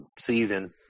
season